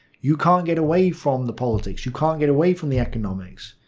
you can't get away from the politics. you can't get away from the economics.